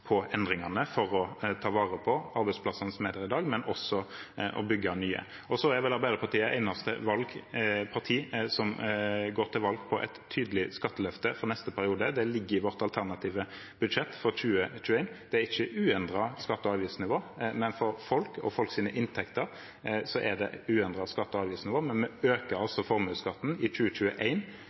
på endringene for å ta vare på arbeidsplassene som er der i dag, men også å bygge nye. Så er vel Arbeiderpartiet eneste parti som går til valg på et tydelig skatteløfte for neste periode. Det ligger i vårt alternative budsjett for 2021. Det er ikke uendret skatte- og avgiftsnivå, men for folk og folks inntekter er det uendret skatte- og avgiftsnivå. Men vi øker altså formuesskatten. I